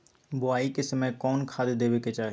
बोआई के समय कौन खाद देवे के चाही?